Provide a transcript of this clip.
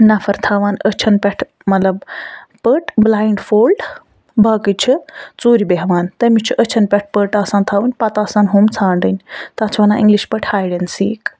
نَفَر تھاوان أچھَن پٮ۪ٹھ مَطلَب پٔٹ بلاینِڈ فولڈ باقٕے چھِ ژوٗرِ بیٚہوان تٔمِس چھِ أچھَن پٔٹ آسان تھاوٕنۍ پَتہٕ آسان ہُم ژھانڈٕنۍ تَتھ چھِ ونان اِنٛگلِش پٲٹھۍ ہایَڈ اینڈ سیٖک